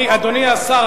אדוני השר,